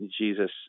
Jesus